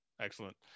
excellent